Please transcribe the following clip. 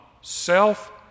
Self